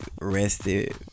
rested